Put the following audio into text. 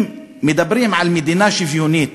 אם מדברים על מדינה שוויונית